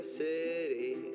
city